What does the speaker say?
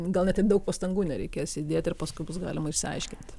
gal net ir daug pastangų nereikės įdėt ir paskui bus galima išsiaiškint